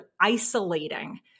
isolating